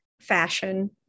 fashion